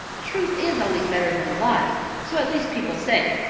truth is always better than a lie so at least people say,